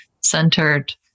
centered